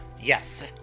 yes